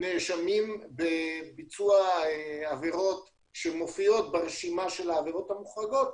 נאשמים בביצוע עבירות שמופיעות ברשימה של העבירות המוחרגות,